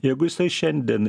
jeigu jisai šiandien